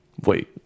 wait